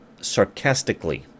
sarcastically